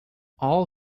all